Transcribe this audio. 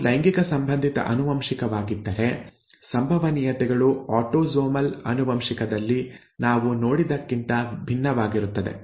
ಇದು ಲೈಂಗಿಕ ಸಂಬಂಧಿತ ಆನುವಂಶಿಕವಾಗಿದ್ದರೆ ಸಂಭವನೀಯತೆಗಳು ಆಟೋಸೋಮಲ್ ಆನುವಂಶಿಕದಲ್ಲಿ ನಾವು ನೋಡಿದ್ದಕ್ಕಿಂತ ಭಿನ್ನವಾಗಿರುತ್ತದೆ